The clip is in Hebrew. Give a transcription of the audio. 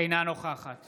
אינה נוכחת